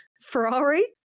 Ferrari